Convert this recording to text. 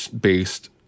based